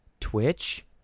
Twitch